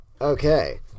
Okay